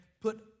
Put